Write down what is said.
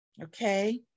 Okay